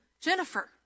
Jennifer